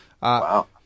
Wow